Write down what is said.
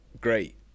great